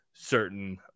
Certain